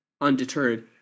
Undeterred